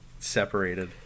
separated